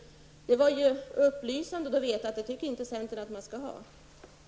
Men det var upplysande att få veta att centern inte tycker att man skall ha det så.